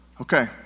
Okay